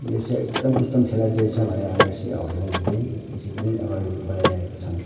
एकदम उत्तम खेलाडि रहेछ हामीले हौसला दिँदै यसरी नै अगाडि बढाइरहेका छौँ